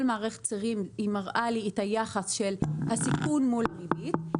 מערכת צירים מראה את היחס של הסיכון מול הריבית,